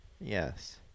Yes